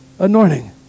Anointing